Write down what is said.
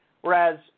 whereas